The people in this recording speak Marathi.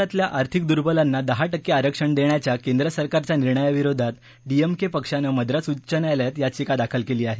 खुल्या प्रवर्गातल्या आर्थिक दुर्बलांना दहा टक्के आरक्षण देण्याच्या केंद्र सरकारच्या निर्णयाविरोधात डीएमके पक्षानं मद्रास उच्च न्यायालयात याचिका दाखल केली आहे